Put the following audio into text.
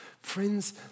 Friends